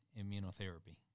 immunotherapy